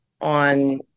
on